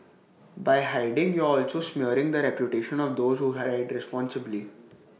by hiding you're also smearing the reputation of those who ride responsibly